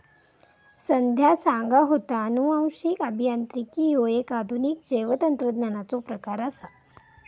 संध्या सांगा होता, अनुवांशिक अभियांत्रिकी ह्यो एक आधुनिक जैवतंत्रज्ञानाचो प्रकार आसा